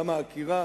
גם העקירה,